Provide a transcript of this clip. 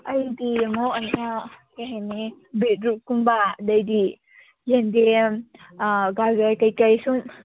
ꯑꯩꯗꯤ ꯑꯃꯨꯛ ꯀꯩ ꯍꯥꯏꯅꯤ ꯕꯤꯠꯔꯨꯠꯀꯨꯝꯕ ꯑꯗꯩꯗꯤ ꯌꯦꯟꯗꯦꯝ ꯒꯥꯔꯂꯤꯛ ꯀꯩꯀꯩ ꯁꯨꯝ